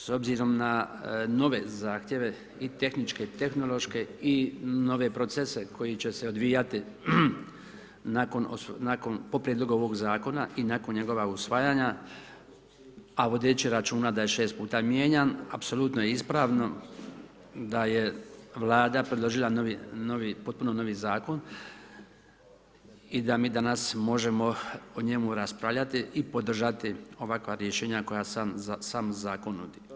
S obzirom na nove zahtjeve i tehničke i tehnološke i nove procese koji će se odvijati nakon, po prijedlogu ovog zakona i nakon njegova usvajanja a vodeći računa da je 6 puta mijenjan, apsolutno je ispravno da je Vlada predložila novi, potpuno novi zakon i da mi danas možemo o njemu raspravljati i podržati ovakva rješenja koja sam zakon nudi.